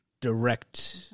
direct